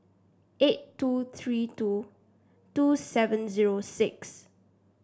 eight two three two two seven zero six